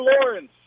Lawrence